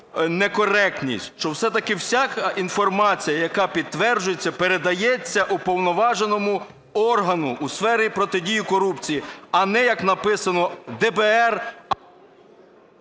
некоректність, що все-таки вся інформація, яка підтверджується, передається уповноваженому органу у сфері протидії корупції, а не як написано, ДБР...